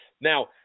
Now